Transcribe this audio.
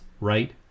right